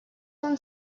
one